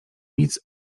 nic